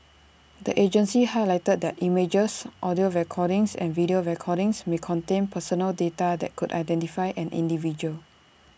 the agency highlighted that images audio recordings and video recordings may contain personal data that could identify an individual